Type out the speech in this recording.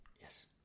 Yes